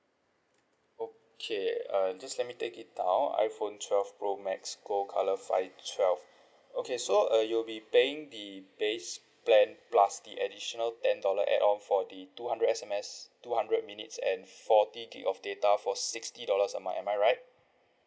okay uh just let me take it down iphone twelve pro max gold colour five twelve okay so uh you will be paying the base plan plus the additional ten dollar add-on for the two hundred S_M_S two hundred minutes and forty G_B of data for sixty dollars am I right